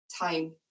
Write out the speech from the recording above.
time